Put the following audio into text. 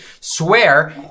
swear